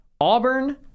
Auburn